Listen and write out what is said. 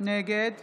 נגד